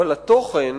אבל התוכן